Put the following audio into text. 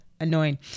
Annoying